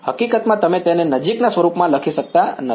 હકીકતમાં તમે તેને નજીકના સ્વરૂપમાં લખી શકતા નથી